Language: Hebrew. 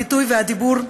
הביטוי והדיבור,